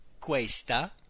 questa